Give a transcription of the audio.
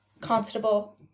constable